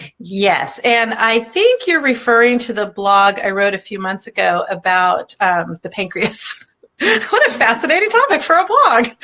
yes and i think you're referring to the blog i wrote a few months ago about the pancreas what a fascinating topic for a blog,